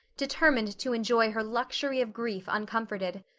determined to enjoy her luxury of grief uncomforted.